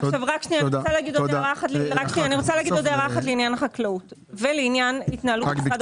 עוד הערה אחת לעניין החקלאות ולעניין התנהלות משרד הבריאות.